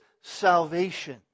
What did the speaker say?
salvation